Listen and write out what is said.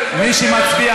מי שמצביע